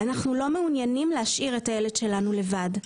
אנחנו לא מעוניינים להשאיר את הילד שלנו לבד.